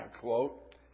quote